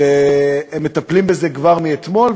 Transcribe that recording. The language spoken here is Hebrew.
שהם מטפלים בזה כבר מאתמול,